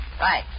Right